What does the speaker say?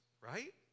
right